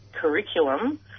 curriculum